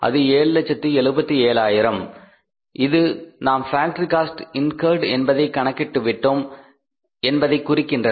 அது 777000 இது நாம் ஃபேக்டரி காஸ்ட் இன்கர்ட் என்பதை கணக்கிட்டுவிட்டோம் என்பதை குறிக்கின்றது